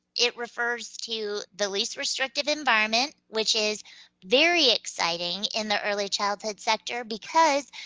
it refers to the least restrictive environment, which is very exciting in the early childhood sector because